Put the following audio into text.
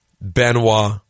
Benoit